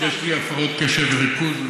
יש לי הפרעות קשב וריכוז.